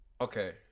Okay